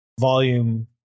volume